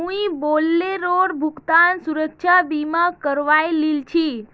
मुई बोलेरोर भुगतान सुरक्षा बीमा करवइ लिल छि